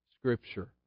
Scripture